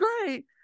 great